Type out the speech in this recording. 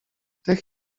tych